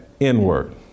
N-word